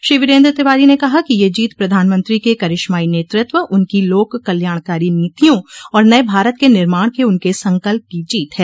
श्री वीरेन्द्र तिवारी ने कहा कि यह जीत प्रधानमंत्री के करिश्माई नेतृत्व उनकी लोक कल्याणकारी नीतियों और नये भारत के निर्माण के उनके संकल्प की जीत है